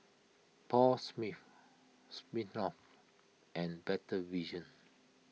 Paul Smith Smirnoff and Better Vision